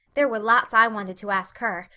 there were lots i wanted to ask her,